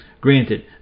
Granted